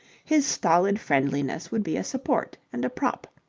his stolid friendliness would be a support and a prop.